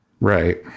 Right